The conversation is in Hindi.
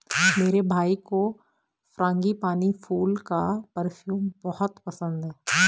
मेरे भाई को फ्रांगीपानी फूल का परफ्यूम बहुत पसंद है